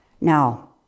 Now